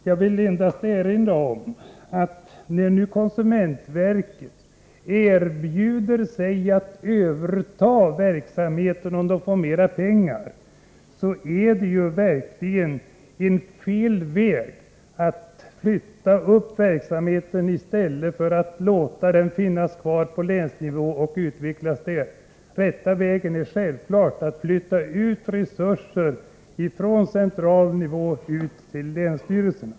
Jag vill endast erinra om att konsumentverket har erbjudit sig att överta verksamheten, om det får mera pengar, och att det då verkligen är fel väg att flytta upp verksamheten i stället för att låta den finnas kvar på länsnivå och utvecklas där. Den riktiga vägen är självfallet att flytta resurser från central nivå och ut till länsstyrelserna.